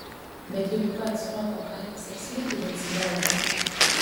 bet juk pats roko kaifas ir slypi decibeluose